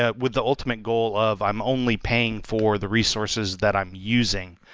ah with the ultimate goal of i'm only paying for the resources that i'm using,